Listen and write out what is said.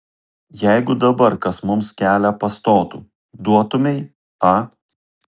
jeigu dabar kas mums kelią pastotų duotumei a